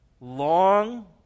long